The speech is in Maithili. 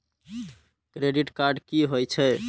क्रेडिट कार्ड की होई छै?